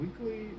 weekly